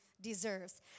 deserves